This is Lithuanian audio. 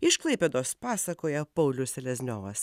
iš klaipėdos pasakoja paulius selezniovas